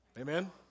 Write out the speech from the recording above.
Amen